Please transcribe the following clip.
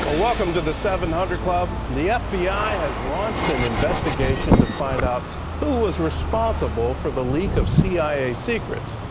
welcome to the seven hundred club. the f b i. has launched an investigation to find out who was responsible for the leak of c i a. secrets.